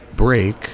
break